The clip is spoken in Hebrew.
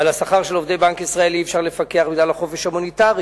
ועל השכר של עובדי בנק ישראל אי-אפשר לפקח בגלל החופש המוניטרי.